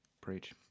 Preach